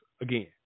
again